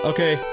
Okay